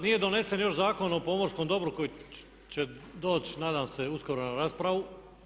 Nije donesen još Zakon o pomorskom dobru koji će doći nadam se uskoro na raspravu.